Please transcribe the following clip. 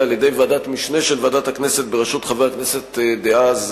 על-ידי ועדת משנה של ועדת הכנסת בראשות חבר הכנסת דאז,